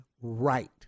right